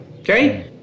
okay